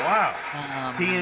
Wow